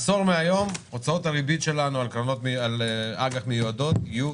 עשור מהיום הוצאות הריבית שלנו על אג"ח מיועדות יהיו